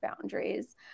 boundaries